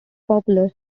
popular